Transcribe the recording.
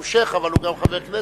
הוא שיח', אבל הוא גם חבר הכנסת.